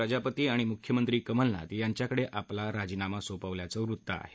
प्रजापती आणि मुख्यमंत्री कमलनाथ यांच्याकडे आपला राजीनामा सोपवल्याचं वृत्त आहे